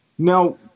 Now